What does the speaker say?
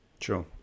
Sure